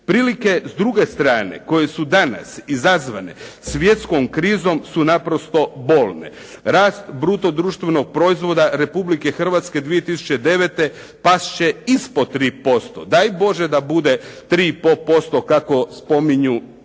Prilike s druge strane, koje su danas izazvane svjetskom krizom su naprosto bolne, rast brutodruštvenog proizvoda Republike Hrvatske 2009. past će ispod 3%, daj bože da bude 3.5% kako spominju, kako